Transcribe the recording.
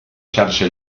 xarxa